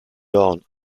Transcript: dawn